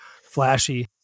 flashy